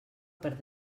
per